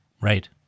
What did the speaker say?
right